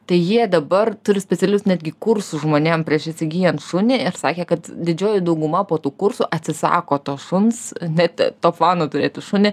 tai jie dabar turi specialius netgi kursus žmonėm prieš įsigyjant šunį ir sakė kad didžioji dauguma po tų kursų atsisako to šuns net to plano turėtų šunį